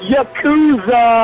Yakuza